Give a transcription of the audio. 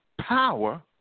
power